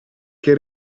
che